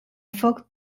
folk